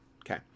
okay